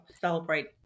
celebrate